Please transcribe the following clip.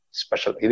special